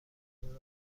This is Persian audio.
ببینم